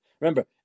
Remember